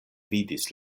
vidis